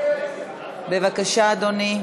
בבקשה, אדוני.